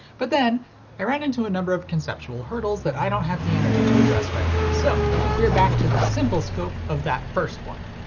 but then i ran into a number of conceptual hurdles that i don't have the energy to address right now so we're back to the simple scope of that first one.